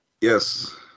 Yes